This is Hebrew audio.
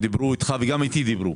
אמרת שדיברו איתך וגם איתי דיברו.